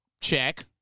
Check